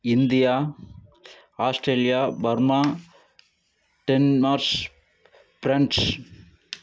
India Australia Burma டென்னார்ஷ் French